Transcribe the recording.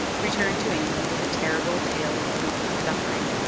returned to england with a terrible tale of bootless suffering.